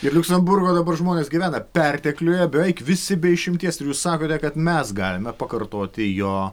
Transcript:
ir liuksemburgo dabar žmonės gyvena pertekliuje beveik visi be išimties ir jūs sakote kad mes galime pakartoti jo